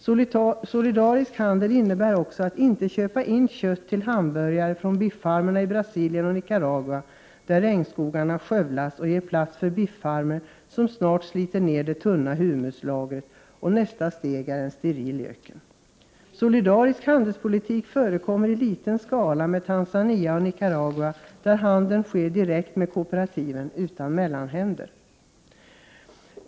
Solidarisk handel innebär också att inte köpa in kött till hamburgare från biffarmerna i Brasilien och Nicaragua, där regnskogarna skövlas för att ge plats för biffarmer som snart sliter ner det tunna humuslagret, och nästa steg är en steril öken. Solidarisk handelspolitik förekommer i liten skala med Tanzania och Nicaragua, där handeln sker direkt med kooperativen utan mellanhänder.